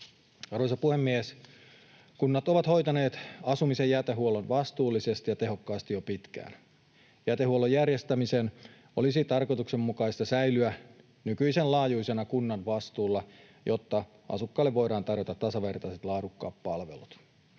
Arvoisa puhemies! Kunnat ovat hoitaneet asumisen jätehuollon vastuullisesti ja tehokkaasti jo pitkään. Jätehuollon järjestämisen olisi tarkoituksenmukaista säilyä nykyisen laajuisena kunnan vastuulla, jotta asukkaille voidaan tarjota tasavertaiset laadukkaat palvelut.